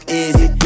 easy